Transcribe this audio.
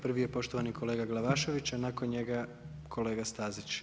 Prvi je poštovani kolega Glavašević, a nakon njega kolega Stazić.